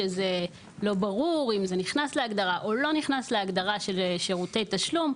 שזה לא ברור אם זה נכנס להגדרה או לא נכנס להגדרה של שירותי תשלום.